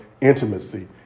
intimacy